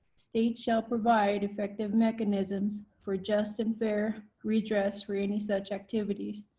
states shall provide effective mechanisms for just and fair redress for any such activities,